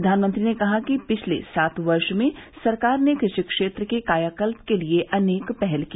प्रधानमंत्री ने कहा कि पिछले सात वर्ष में सरकार ने कृषि क्षेत्र के कायाकल्प के लिए अनेक पहल की